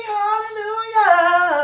hallelujah